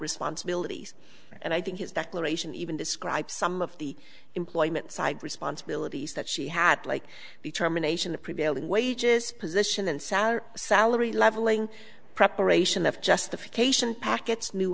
responsibilities and i think is that liberation even describe some of the employment side responsibilities that she had like determination the prevailing wages position and sour salary levelling preparation of justification packets new